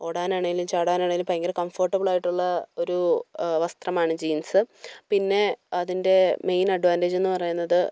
ഓടാനാണെങ്കിലും ചാടാനാണെങ്കിലും ഭയങ്കര കംഫോട്ടബിൾ ആയിട്ടുള്ള ഒരൂ വസ്ത്രമാണ് ജീൻസ് പിന്നെ അതിൻ്റെ മെയിൻ അഡ്വാൻറേജ് എന്ന് പറയുന്നത്